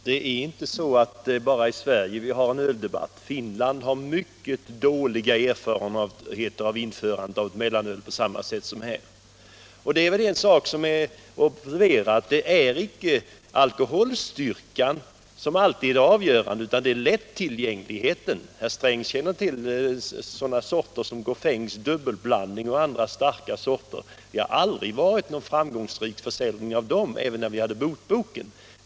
Herr talman! Det är inte bara i Sverige som vi har en öldebatt — Finland har liksom vi mycket dåliga erfarenheter av införandet av ett mellanöl. Det är väl värt att observera att det inte bara är alkoholstyrkan som är avgörande utan det är lättillgängligheten. Herr Sträng kommer till Gauffins dubbelblandning och andra starka spritsorter. Det har aldrig varit någon framgångsrik försäljning av dem, inte ens när vi hade motbok.